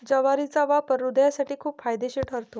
ज्वारीचा वापर हृदयासाठी खूप फायदेशीर ठरतो